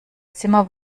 zimmer